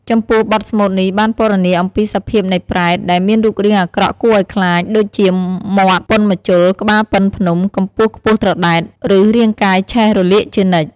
ចំពោះ បទស្មូតនេះបានពណ៌នាអំពីសភាពនៃប្រេត ដែលមានរូបរាងអាក្រក់គួរឲ្យខ្លាច ដូចជាមាត់ប៉ុនម្ជុល ក្បាលប៉ុនភ្នំ កម្ពស់ខ្ពស់ត្រដែត ឬរាងកាយឆេះរលាកជានិច្ច។